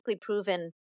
proven